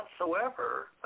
whatsoever